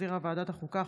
שהחזירה ועדת החוקה,